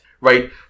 Right